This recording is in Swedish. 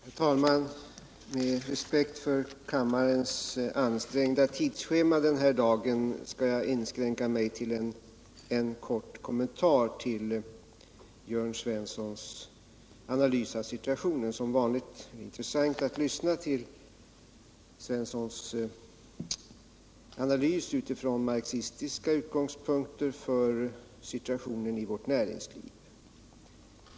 Herr talman! Med respekt för kammarens ansträngda tidsschema i dag skall jag inskränka mig till en kort kommentar till Jörn Svenssons analys av situationen. Det är som vanligt intressant att lyssna till Jörn Svenssons analys utifrån marxistiska utgångspunkter av situationen i vårt näringsliv.